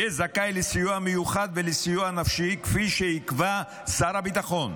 יהיה זכאי לסיוע מיוחד ולסיוע נפשי כפי שיקבע שר הביטחון.